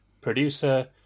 producer